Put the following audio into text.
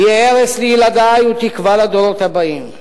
והיא ערש לילדי ותקווה לדורות הבאים.